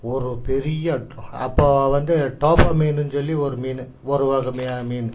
ஒரு பெரிய அப்போது வந்து டோபா மீனுன்னு சொல்லி ஒரு மீன் ஒரு வகை மீன்